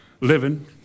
living